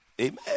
Amen